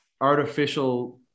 artificial